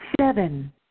seven